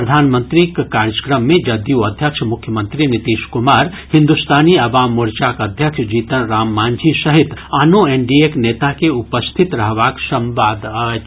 प्रधानमंत्रीक कार्यक्रम मे जदयू अध्यक्ष आ मुख्यमंत्री नीतीश कुमार हिन्दुस्तानी अवाम मोर्चाक अध्यक्ष जीतन राम मांझी सहित आनो एनडीएक नेता के उपस्थित रहबाक संवाद अछि